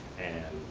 and